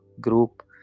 group